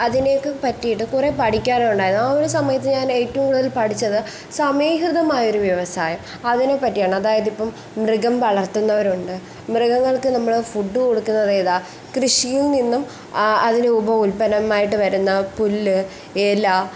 അതിനെയൊക്കെ പറ്റിയിട്ട് കുറേ പഠിക്കാനുണ്ടായിരുന്നു ആ ഒരു സമയത്ത് ഞാൻ ഏറ്റവും കൂടുതൽ പഠിച്ചത് സമീകൃതമായൊരു വ്യവസായം അതിനെ പറ്റിയാണ് അതായതിപ്പം മൃഗം വളർത്തുന്നവരുണ്ട് മൃഗങ്ങൾക്ക് നമ്മൾ ഫുഡ് കൊടുക്കുന്നത് ഏതാണ് കൃഷിയിൽ നിന്നും അതിന് ഉപ ഉൽപ്പന്നമായിട്ട് വരുന്ന പുല്ല് ഇല